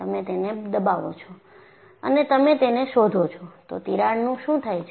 તમે તેને દબાવો છો અને તમે તેને શોધો છો તો તિરાડનું શું થાય છે